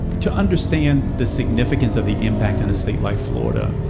to understand the significance of the impact in a state like florida.